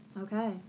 okay